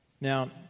Now